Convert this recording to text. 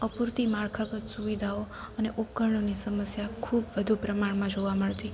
અપૂરતી માળખાગત સુવિધાઓ ઉપકરણની સમસ્યા ખૂબ વધુ પ્રમાણમાં જોવા મળતી